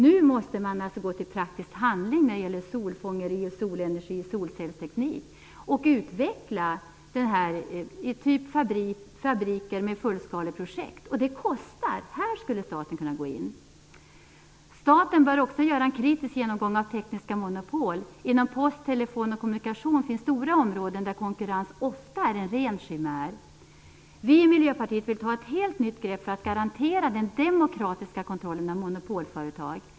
Nu måste man gå till praktisk handling när det gäller solfångeri, solenergi och solcellsteknik och utveckla fabriker med fullskaleprojekt. Och det kostar. Här skulle staten kunna gå in. Staten bör också göra en kritisk genomgång av tekniska monopol. Inom post, telefon och kommunikation finns stora områden där konkurrensen ofta är en ren chimär. Vi i Miljöpartiet vill ta ett helt nytt grepp för att garantera den demokratiska kontrollen av monopolföretag.